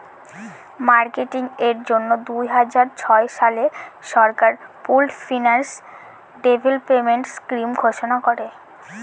marketing এর জন্য দুই হাজার ছয় সালে সরকার পুল্ড ফিন্যান্স ডেভেলপমেন্ট স্কিম ঘোষণা করে